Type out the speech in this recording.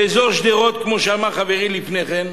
באזור שדרות, כמו שאמר חברי לפני כן,